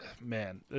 Man